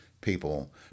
people